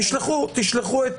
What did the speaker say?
תשלחו את